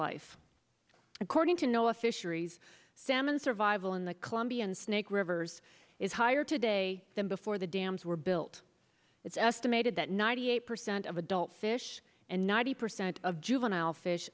life according to noah fisheries salmon survival in the columbia and snake rivers is higher today than before the dams were built it's estimated that ninety eight percent of adult fish and ninety percent of juvenile fish